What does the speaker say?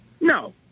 No